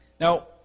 Now